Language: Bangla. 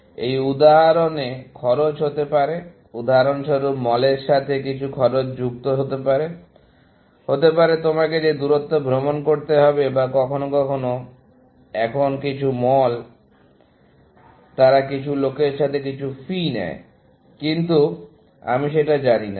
এই উদাহরণে খরচ হতে পারে উদাহরণস্বরূপ মলের সাথে কিছু খরচ যুক্ত থাকতে পারে হতে পারে তোমাকে যে দূরত্ব ভ্রমন করতে হবে বা কখনও কখনও এখন কিছু মল তারা কিছু লোকের কাছে কিছু ফি নেয় কিন্তু আমি সেটা জানি না